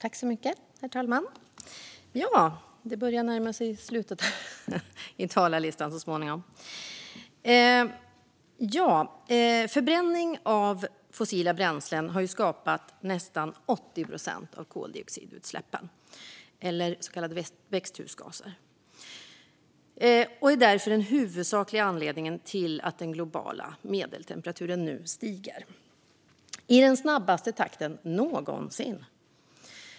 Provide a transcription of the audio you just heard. Herr talman! Det börjar närma sig slutet på talarlistan. Förbränning av fossila bränslen har skapat nästan 80 procent av utsläppen av koldioxid eller så kallade växthusgaser. Det är därför den huvudsakliga anledningen till att den globala medeltemperaturen nu stiger i den snabbaste takten någonsin.